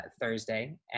Thursday